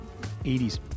80s